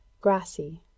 grassy